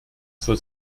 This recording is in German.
zur